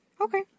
Okay